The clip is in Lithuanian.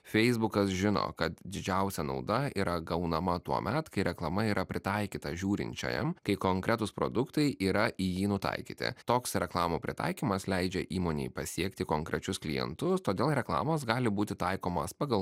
feisbukas žino kad didžiausia nauda yra gaunama tuomet kai reklama yra pritaikyta žiūrinčiajam kai konkretūs produktai yra į jį nutaikyti toks reklamų pritaikymas leidžia įmonei pasiekti konkrečius klientus todėl reklamos gali būti taikomos pagal